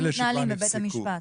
עדיין מתנהלים בבית המשפט.